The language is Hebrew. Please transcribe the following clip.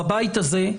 בבית הזה,